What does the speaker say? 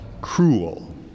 cruel